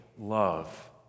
love